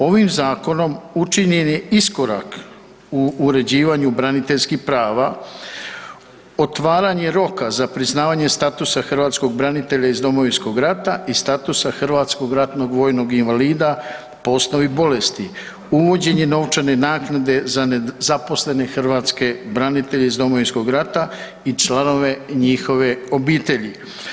Ovim zakonom učinjen je iskorak u uređivanja braniteljskih prava, otvaranje roka za priznavanje statusa hrvatskog branitelja iz Domovinskog rata i statusa hrvatskog ratnog vojnog invalida po osnovi bolesti, uvođenje novčane naknade za nezaposlene hrvatske branitelje iz Domovinskog rata i članove njihove obitelji.